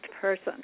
person